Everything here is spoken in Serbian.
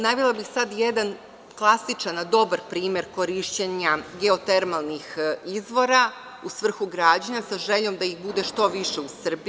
Navela bih jedan klasičan, ali dobar primer korišćenja geotermalnih izvora u svrhu građana sa željom da ih bude što više u Srbiji.